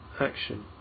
action